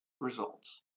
results